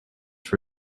for